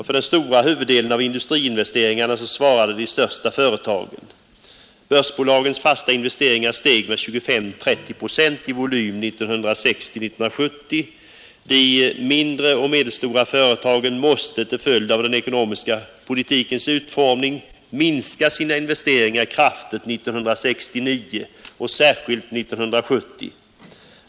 För den stora huvuddelen av industriinvesteringarna svarade de största företagen. Börsbolagens fasta investeringar steg med 25-30 procent i volym 1969-1970. De mindre och medelstora företagen måste till följd av den ekonomiska politikens utformning minska sina investeringar kraftigt 1969 och särskilt 1970.